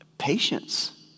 patience